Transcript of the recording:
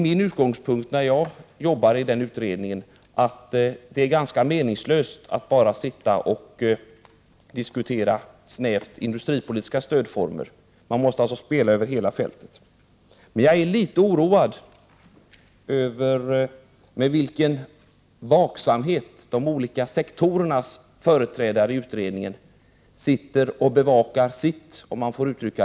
Min utgångspunkt när jag arbetar inom denna utredning är att det är ganska meningslöst att bara sitta och diskutera snävt industripolitiska stödformer. Man måste alltså spela över hela fältet. Men jag är något oroad över med vilken vaksamhet de olika sektorernas företrädare i utredningen sitter och bevakar sitt revir.